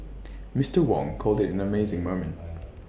Mister Wong called IT an amazing moment